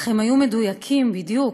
אך הם היו מדויקים, בדיוק.